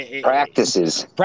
practices